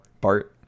Bart